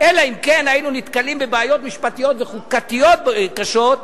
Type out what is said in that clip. אלא אם כן היינו נתקלים בבעיות משפטיות וחוקתיות קשות,